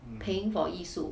paying for 艺术